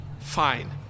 Fine